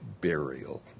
burial